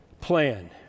plan